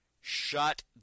shut